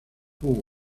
poor